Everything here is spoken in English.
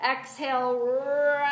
Exhale